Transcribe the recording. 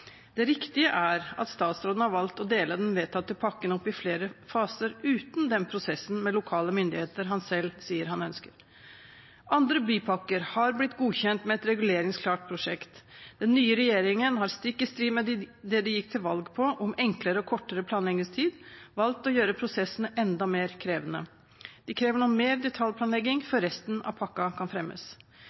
Det riktige er at statsråden har valgt å dele den vedtatte pakken opp i flere faser uten den prosessen med lokale myndigheter han selv sier han ønsker. Andre bypakker har blitt godkjent med et reguleringsklart prosjekt. Den nye regjeringen har – stikk i strid med det de gikk til valg på, nemlig enklere og kortere planleggingstid – valgt å gjøre prosessene enda mer krevende. De krever nå mer detaljplanlegging før resten av pakken kan fremmes.